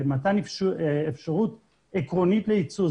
מתן אפשרות עקרונית ליצוא,